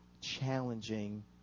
challenging